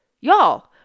Y'all